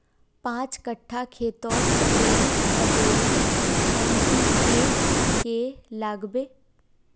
पाँच कट्ठा खेतोत कतेरी कतेरी एन.पी.के के लागबे?